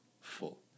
full